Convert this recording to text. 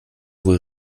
wohl